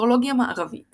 אסטרולוגיה מערבית